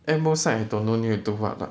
M_O side I don't know need to do what lah